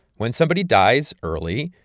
when somebody dies early,